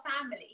family